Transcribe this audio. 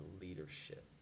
leadership